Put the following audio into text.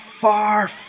far